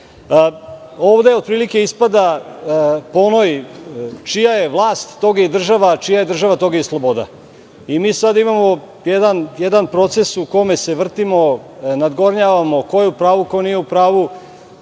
otprilike ispada po onoj - čija je vlast, toga je i država, a čija je država, toga je i sloboda. Mi sada imamo jedan proces u kome se vrtimo, nadgornjavamo ko je u pravu, ko nije u pravu.